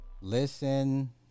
Listen